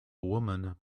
woman